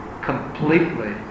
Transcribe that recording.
completely